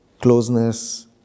closeness